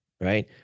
Right